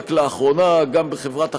רק לאחרונה גם בחברת החשמל,